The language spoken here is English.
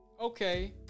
Okay